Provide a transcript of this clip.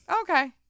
Okay